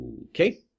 okay